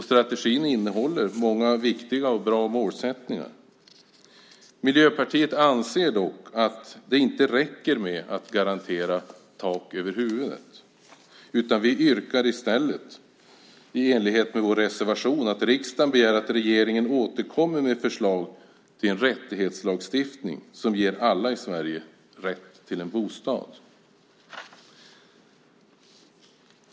Strategin innehåller många viktiga och bra målsättningar. Miljöpartiet anser dock att det inte räcker med att garantera tak över huvudet, utan vi yrkar i stället, i enlighet med vår reservation, att riksdagen begär att regeringen återkommer med förslag till en rättighetslagstiftning som ger alla i Sverige rätt till en bostad.